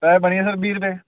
तां बनी जाने फिर बीह् रपे